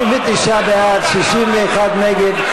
59 בעד, 61 נגד,